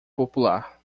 popular